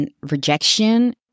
rejection